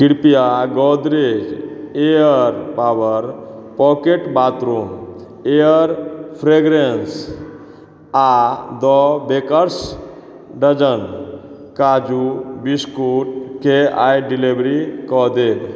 कृपया Godrej air power pocket bathroom air fragrance आओर the baker's dozen काजू बिस्कुटके आइ डिलीवरी कऽ देब